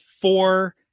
four